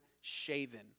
shaven